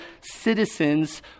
citizens